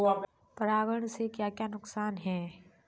परागण से क्या क्या नुकसान हैं?